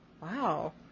wow